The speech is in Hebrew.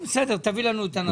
בסדר, תביא לנו את הנתון.